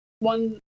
one